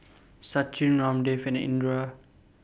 Sachin Ramdev and Indira